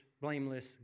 blameless